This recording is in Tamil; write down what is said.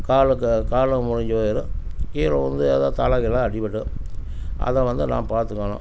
காலுக்கு காலும் முறிஞ்சு போய்டும் கீழே விழுந்து எதாவது தலை கிலை அடிபடும் அதை வந்து நாம் பாத்துக்கணும்